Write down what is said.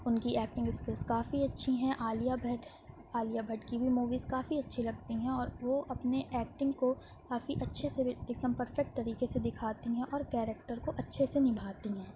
ان کی acting skills کافی اچھی ہیں عالیہ بھٹ عالیہ بھٹ کی بھی موویز کافی اچھی لگتی ہیں اور وہ اپنے ایکٹنگ کو کافی اچھے سے ایک دم پرفیکٹ طریقے سے دکھاتی ہیں اور کیریکٹر کو اچھے سے نبھاتی ہیں